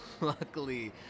Luckily